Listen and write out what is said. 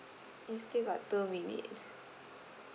we still got two minutes